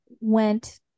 went